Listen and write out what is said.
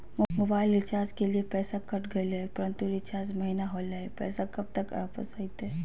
Mobile recharge के लिए पैसा कट गेलैय परंतु रिचार्ज महिना होलैय, पैसा कब तक वापस आयते?